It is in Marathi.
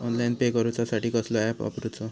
ऑनलाइन पे करूचा साठी कसलो ऍप वापरूचो?